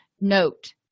note